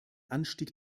anstieg